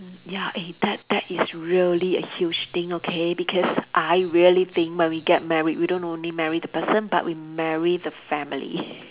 ya eh that that is really a huge thing okay because I really think when we get married you don't only marry the person but we marry the family